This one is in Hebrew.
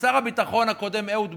ושר הביטחון הקודם, אהוד ברק,